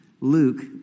Luke